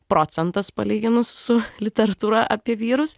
procentas palyginus su literatūra apie vyrus